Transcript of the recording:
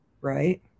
Right